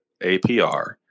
APR